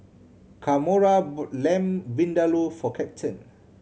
Kamora bought Lamb Vindaloo for Captain